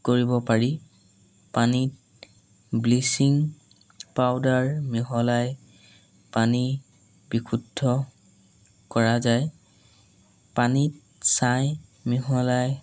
কৰিব পাৰি পানীত ব্লিচিং পাউদাৰ মিহলাই পানী বিশুদ্ধ কৰা যায় পানীত ছাই মিহলাই